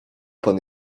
pan